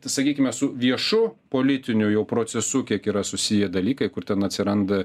sakykime su viešu politiniu jau procesu kiek yra susiję dalykai kur ten atsiranda